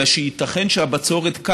אלא שייתכן שהבצורת,